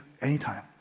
anytime